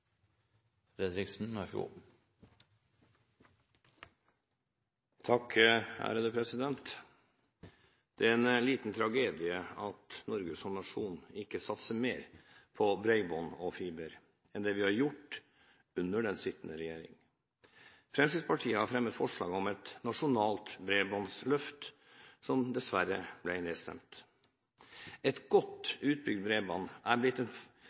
Det er en liten tragedie at Norge som nasjon ikke satser mer på bredbånd og fiber enn det vi har gjort under den sittende regjering. Fremskrittspartiet har fremmet forslag om et nasjonalt bredbåndsløft, som dessverre ble nedstemt. Et godt utbygd bredbånd er blitt en